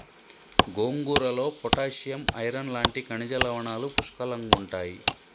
గోంగూరలో potassium, iron లాంటి ఖనిజ లవణాలు పుష్కలంగుంటాయి